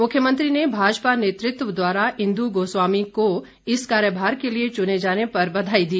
मुख्यमंत्री ने भाजपा नेतृत्व द्वारा इंदु गोस्वामी को इस कार्यभार के लिए चुने जाने पर बधाई दी